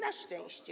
Ma szczęście.